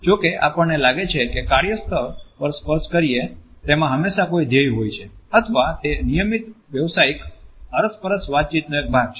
જો કે આપણને લાગે છે કે કાર્યસ્થળ પર સ્પર્શ કરીએ તેમાં હંમેશા કોઈ ધ્યેય હોય છે અથવા તે નિયમિત વ્યાવસાયિક અરસપરસ વાતચીતનો એક ભાગ છે